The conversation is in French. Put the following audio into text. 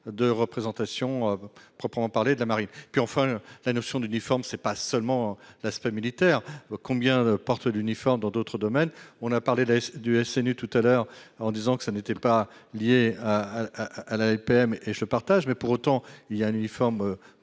de représentation à proprement parler de la marine, puis enfin la notion d'uniforme, c'est pas seulement l'aspect militaire combien porte l'uniforme dans d'autres domaines. On a parlé du SNU tout à l'heure en disant que ce n'était pas lié à à la LPM et je partage mais pour autant il y a un uniforme